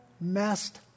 messed